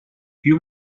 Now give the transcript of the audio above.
più